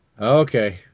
Okay